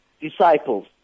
disciples